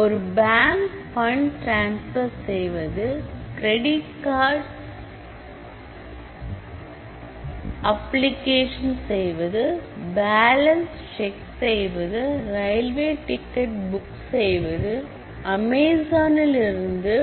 ஒரு bank fund transfer செய்வது credit card செய்வது பேலன்ஸ் செக் செய்வது ரயில்வே டிக்கெட் புக் செய்வது அமேசானில் இருந்து